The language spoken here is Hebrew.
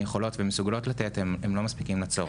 יכולות ומסוגלות לתת לא מספיקים לצורך.